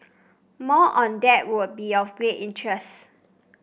more on that would be of great interest